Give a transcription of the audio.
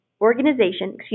organization